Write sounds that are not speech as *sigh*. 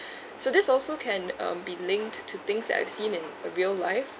*breath* so this also can um be linked to things that I've seen in a real life